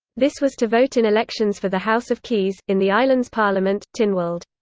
this was to vote in elections for the house of keys, in the island's parliament, tynwald.